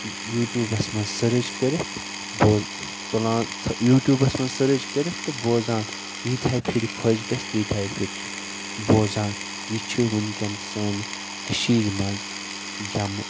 یوٗٹیوٗبس منٛز سٔرٕچ کٔرتھ بو تُلان یوٗٹیوٗبس منٛز سٔرٕچ کٔرتھ تہٕ بوزان ییٖتہے پھِرِ خۄش گژھِ تیٖتہے پھرِ چھِ بوزان یہِ چھُ وٕنکٮ۪ن سانہِ کٔشیٖرِ منٛز یَمہٕ